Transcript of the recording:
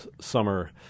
summer